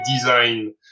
design